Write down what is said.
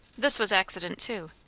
this was accident too.